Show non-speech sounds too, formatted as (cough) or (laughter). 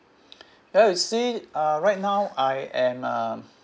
(breath) then you see uh right now I am uh